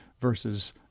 versus